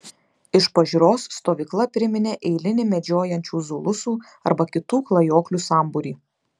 iš pažiūros stovykla priminė eilinį medžiojančių zulusų arba kitų klajoklių sambūrį